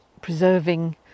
preserving